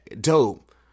dope